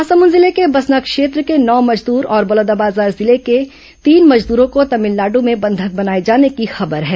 महासमुंद जिले के बसना क्षेत्र के नौ मजदूर और बलौदाबाजार जिले के तीन मजदूरों को तमिलनाडु में बंधक बनाए जाने की खबर है